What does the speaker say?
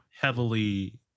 heavily